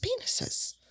penises